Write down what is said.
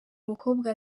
mukobwa